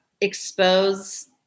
expose